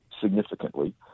significantly